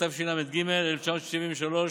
התשל"ג 1973,